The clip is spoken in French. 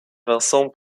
vincent